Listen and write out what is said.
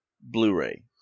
Blu-ray